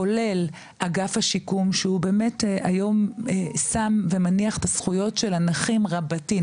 כולל אגף השיקום שהוא באמת היום שם ומניח את הזכויות של הנכים רבתי,